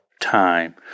time